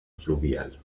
fluvial